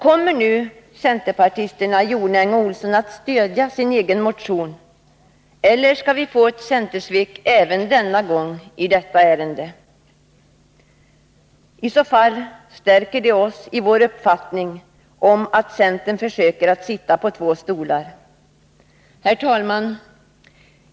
Kommer nu centerpartisterna Gunnel Jonäng och Martin Olsson att stödja sin egen motion eller skall vi få ett centersvek även denna gång i detta ärende. I så fall stärker det oss i vår uppfattning att centern försöker sitta på två stolar. Herr talman!